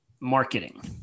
marketing